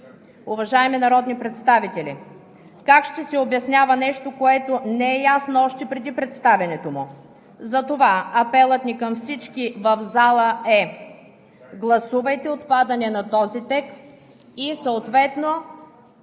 Уважаеми народни представители, как ще се обяснява нещо, което не е ясно още преди представянето му? Затова апелът ми към всички в залата е: гласувайте отпадане на този текст и съответно